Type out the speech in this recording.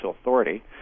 authority